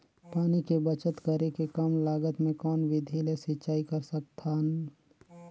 पानी के बचत करेके कम लागत मे कौन विधि ले सिंचाई कर सकत हन?